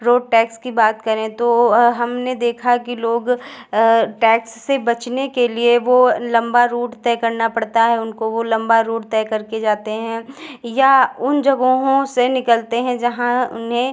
road tax की बात करें तो हमने देखा कि लोग टैक्स से बचने के लिए वह लम्बा रूड तय करना पड़ता है उनको वह लम्बा रूड तय करके जाते हैं या उन जगहों से निकलते हैं जहाँ उन्हें